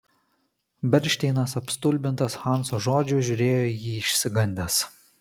bernšteinas apstulbintas hanso žodžių žiūrėjo į jį išsigandęs